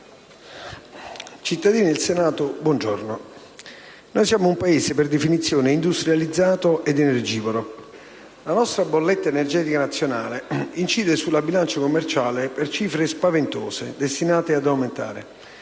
Cittadini del Senato, buongiorno. Noi siamo un Paese per definizione industrializzato ed energivoro. La nostra bolletta energetica nazionale incide sulla bilancia commerciale per cifre spaventose, destinate ad aumentare.